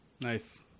Nice